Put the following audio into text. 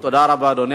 טוב, תודה רבה, אדוני.